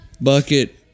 Bucket